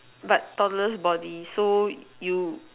but tallest body so you